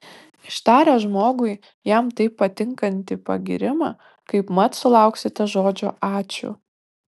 ištaręs žmogui jam taip patinkantį pagyrimą kaipmat sulauksite žodžio ačiū